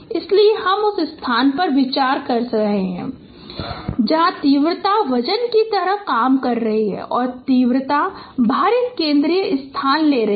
इसलिए हम उस स्थान पर विचार कर रहे हैं जहां तीव्रता वजन की तरह काम कर रही है और तीव्रता भारित केंद्रीय स्थान ले रही है